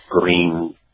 green